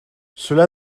cela